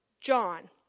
John